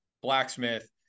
blacksmith